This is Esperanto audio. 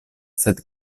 sed